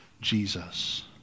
Jesus